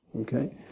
Okay